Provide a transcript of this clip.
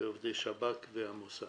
עובדי שב"כ והמוסד.